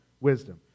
wisdom